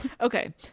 Okay